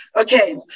Okay